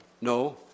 No